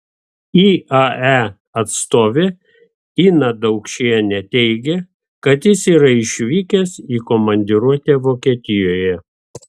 iae atstovė ina daukšienė teigė kad jis yra išvykęs į komandiruotę vokietijoje